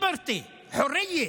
Liberty, חורייה.